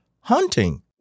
hunting